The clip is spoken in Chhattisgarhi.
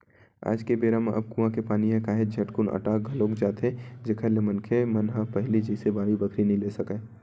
आज के बेरा म अब कुँआ के पानी ह काहेच झटकुन अटा घलोक जाथे जेखर ले मनखे मन ह पहिली जइसे बाड़ी बखरी नइ ले सकय